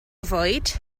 fwyd